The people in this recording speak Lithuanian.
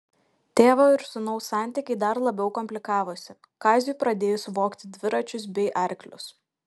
tėvo ir sūnaus santykiai dar labiau komplikavosi kaziui pradėjus vogti dviračius bei arklius